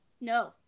no